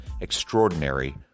Extraordinary